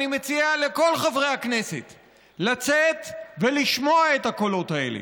אני מציע לכל חברי הכנסת לצאת ולשמוע את הקולות האלה,